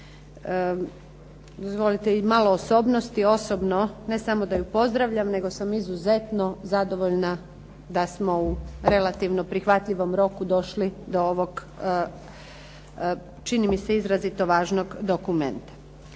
Dozvolite i malo osobnosti, osobno ne samo da ju pozdravljam, nego sam izuzetno zadovoljna da smo u relativno prihvatljivom roku došli do ovog čini mi se izrazito važnog dokumenta.